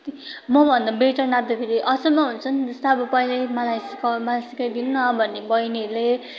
मभन्दा बेट्टर नाँच्दाखेरि अचम्म हुन्छ नि जस्तै अब पहिले मलाई सिकाउ मलाई सिकाइदिनु न भन्ने बहिनीहरूले